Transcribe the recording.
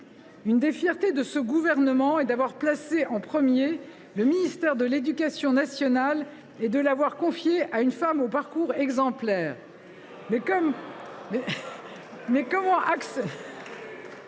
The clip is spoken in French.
L’une des fiertés de ce gouvernement est d’avoir placé au premier rang le ministère de l’éducation nationale et de l’avoir confié à une femme au parcours exemplaire. « Comment accepter